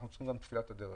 אנחנו צריכים גם תפילת הדרך.